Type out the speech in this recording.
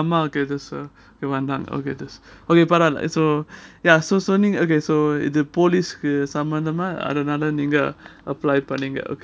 அம்மா ஏதோ சொல்ல வந்தாங்க:amma edho solla vandhanga okay just okay பரவால்ல:paravala so ya the police சம்பந்தமா அதுனால நீங்க:sambanthama adhunala neenga apply பண்ணீங்க:pannenga